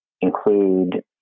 include